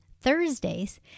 Thursdays